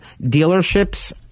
dealerships